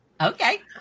Okay